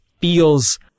feels